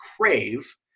crave